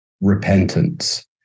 repentance